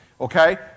okay